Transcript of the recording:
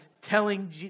telling